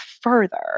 further